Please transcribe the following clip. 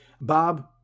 Bob